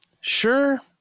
Sure